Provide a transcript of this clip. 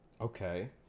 Okay